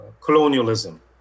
colonialism